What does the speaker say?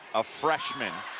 a freshman